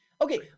Okay